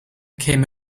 came